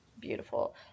beautiful